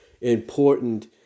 important